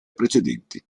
precedenti